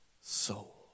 soul